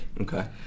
Okay